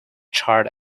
charred